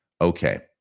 Okay